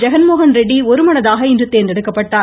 ஜெகன்மோகன் ரெட்டி ஒருமனதாக இன்று தேர்ந்தெடுக்கப்பட்டார்